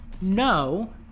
No